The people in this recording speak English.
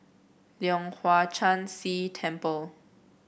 Leong Hwa Chan Si Temple